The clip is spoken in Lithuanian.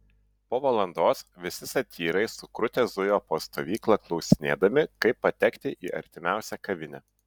po valandos visi satyrai sukrutę zujo po stovyklą klausinėdami kaip patekti į artimiausią kavinę